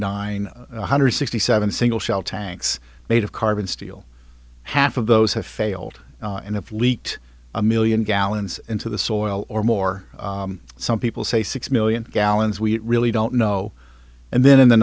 nine one hundred sixty seven single shell tanks made of carbon steel half of those have failed in the fleet a million gallons into the soil or more some people say six million gallons we really don't know and then in the